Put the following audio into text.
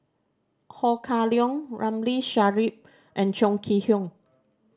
Ho Kah Leong Ramli Sarip and Chong Kee Hiong